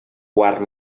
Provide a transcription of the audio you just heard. quart